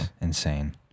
insane